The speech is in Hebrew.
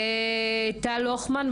טל הוכמן,